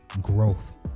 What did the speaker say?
growth